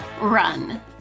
run